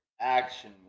action